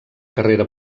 carrera